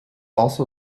also